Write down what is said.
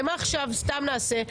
למה עכשיו סתם נעשה?